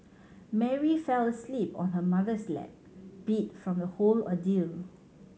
Mary fell asleep on her mother's lap beat from the whole ordeal